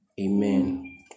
Amen